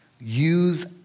use